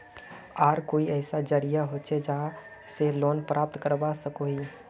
आर कोई ऐसा जरिया होचे जहा से लोन प्राप्त करवा सकोहो ही?